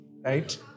right